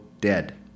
dead